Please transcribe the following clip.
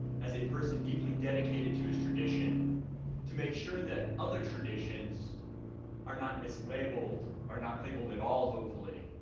as a person deeply dedicated to his tradition to make sure that other traditions are not mislabeled, are not labeled at all, hopefully,